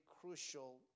crucial